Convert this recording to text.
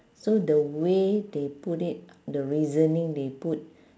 so the way they put it the reasoning they put